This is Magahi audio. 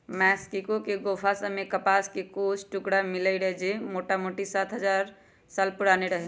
मेक्सिको के गोफा सभ में कपास के कुछ टुकरा मिललइ र जे मोटामोटी सात हजार साल पुरान रहै